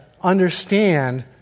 understand